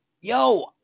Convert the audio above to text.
yo